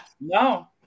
No